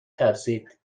ترسید